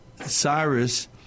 Cyrus